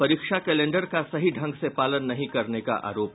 परीक्षा कैलेंडर का सही ढंग से पालन नहीं करने का आरोप